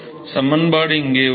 சமன்பாடு இங்கே உள்ளது